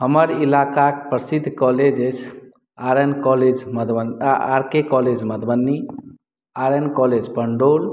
हमर इलाकाके प्रसिद्ध कॉलेज अछि R K college Madhubani R N college Pundole